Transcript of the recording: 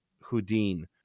Houdin